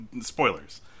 Spoilers